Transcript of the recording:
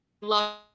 love